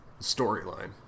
storyline